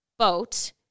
boat